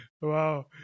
Wow